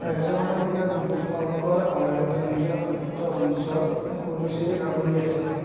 ৰাজ্যখনে পূবে বংগোপসাগৰ আৰু কেন্দ্ৰীয় শাসিত অঞ্চল পুডুচেৰীক আগুৰি আছে